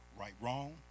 right-wrong